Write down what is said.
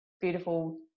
beautiful